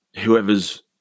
whoever's